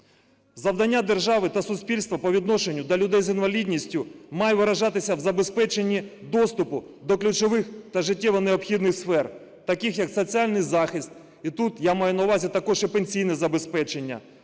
Завдання держави та суспільства по відношенню до людей з інвалідністю має виражатися в забезпеченні доступу до ключових та життєво необхідних сфер, таких як соціальний захист. І тут я маю на увазі також і пенсійне забезпечення.